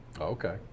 Okay